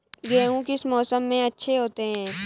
गेहूँ किस मौसम में अच्छे होते हैं?